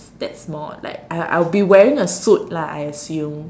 that small like I I would be wearing a suit lah I assume